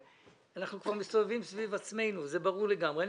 אנחנו כבר מסתובבים סביב עצמנו וזה ברור לגמרי.